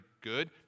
good